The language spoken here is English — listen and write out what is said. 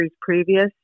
previous